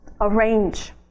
arrange